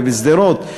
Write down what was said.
שדרות,